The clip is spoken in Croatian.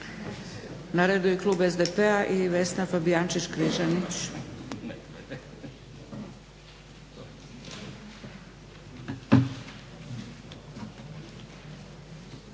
Na redu je klub SDP-a i Vesna Fabijančić Križanić.